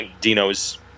Dino's